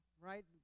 right